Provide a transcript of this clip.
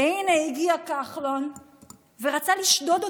והינה הגיע כחלון ורצה לשדוד אותו,